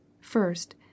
First